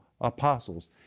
apostles